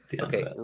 Okay